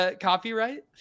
copyright